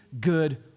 good